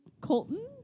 Colton